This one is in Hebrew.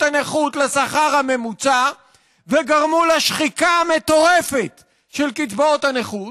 הנכות לשכר הממוצע וגרמו לשחיקה המטורפת של קצבאות הנכות,